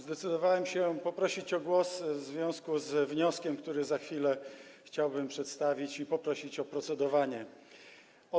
Zdecydowałem się poprosić o głos w związku z wnioskiem, który za chwilę chciałbym przedstawić, i poprosić o procedowanie nad nim.